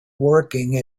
working